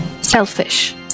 selfish